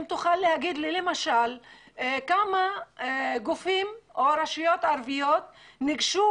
האם תוכל להגיד לי כמה גופים או רשויות ערביות ניגשו